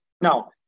Now